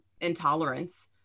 intolerance